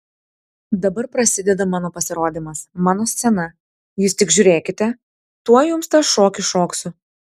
dabar prasideda mano pasirodymas mano scena jūs tik žiūrėkite tuoj jums tą šokį šoksiu